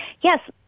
yes